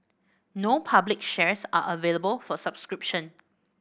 no public shares are available for subscription